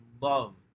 love